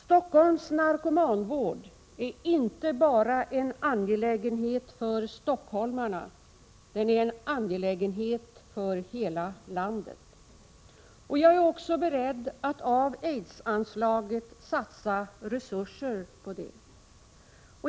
Stockholms narkomanvård är inte bara en angelägenhet för stockholmarna, den är en angelägenhet för hela landet. Jag är också beredd att av aidsanslaget satsa resurser på detta.